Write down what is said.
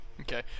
Okay